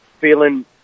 feeling